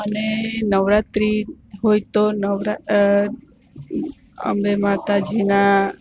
અને નવરાત્રિ હોય તો અંબે માતાજીના